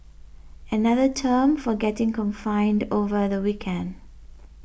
another term for getting confined over the weekend